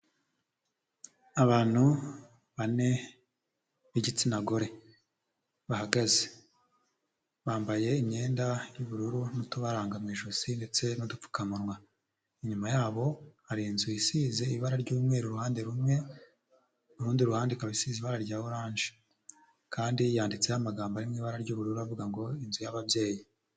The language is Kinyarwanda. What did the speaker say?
Abantu bane b'igitsina gore bahagaze, bambaye imyenda y'ubururu n'utubaranga mu ijosi ndetse n'udupfukamunwa, inyuma ya bo hari inzu isize ibara ry'umweru uruhande rumwe rundi ruhande ikaba isize ibara rya orange kandi yanditseho amagambo ari mu ibara ry'ubururu avuga ngo inzu y'ababyeyi.